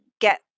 get